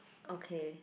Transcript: okay